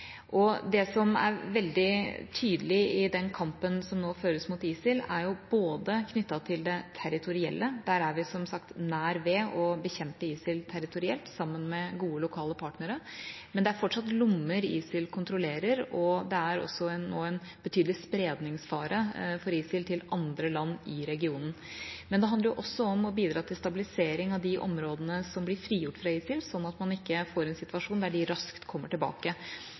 målsettinger. Det som er veldig tydelig i den kampen som nå føres mot ISIL, handler både om det territorielle – vi er, sammen med gode lokale partnere, som sagt nær ved å nedkjempe ISIL territorielt, men det er fortsatt lommer som ISIL kontrollerer, og det er også en betydelig spredningsfare for ISIL til andre land i regionen – og det handler om å bidra til stabilisering av de områdene som blir frigjort fra ISIL, slik at man ikke får en situasjon hvor de raskt kommer tilbake.